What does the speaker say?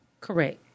Correct